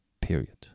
period